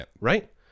right